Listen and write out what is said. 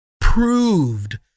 proved